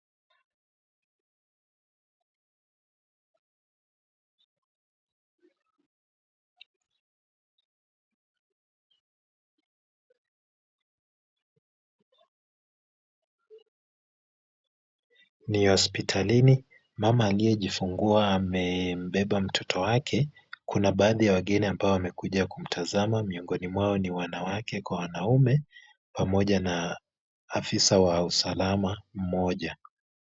Ni hospitalini. Mama aliye jifungua amebeba mtoto wake. Kuna baadhi ya wageni ambao wamekuja kumtazama, miongoni mwao ni wanawake kwa wanaume, pamoja na afisa wa usalama mmoja.